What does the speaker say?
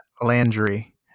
Landry